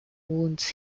wounds